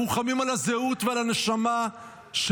אנחנו נלחמים על הזהות ועל הנשמה שלנו.